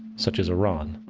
such as iran.